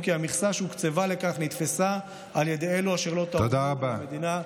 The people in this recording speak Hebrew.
כי המכסה שהוקצבה לכך נתפסה על ידי אלו אשר לא תרמו למדינה בכלל.